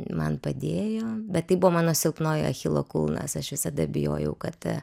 man padėjo bet tai buvo mano silpnoji achilo kulnas aš visada bijojau kad